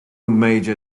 major